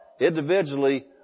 Individually